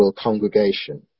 congregation